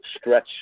stretch